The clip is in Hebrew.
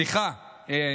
סליחה.